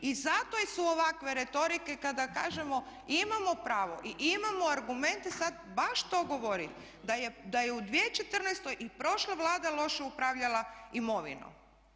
I zato su ovakve retorike kada kažemo imamo pravo i imamo argumente sad baš to govori da je u 2014. i prošla Vlada loše upravljala imovinom.